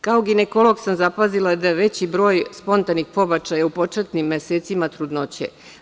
Kao ginekolog sam zapazila da je veći broj spontanih pobačaja u početnim mesecima trudnoće.